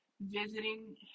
visiting